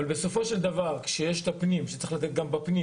אבל בסופו של דבר כשצריך לתת גם בפנים